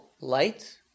Light